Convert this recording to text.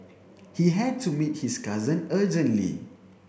he had to meet his cousin urgently